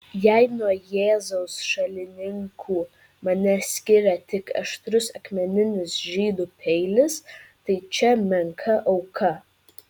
jei nuo jėzaus šalininkų mane skiria tik aštrus akmeninis žydų peilis tai čia menka auka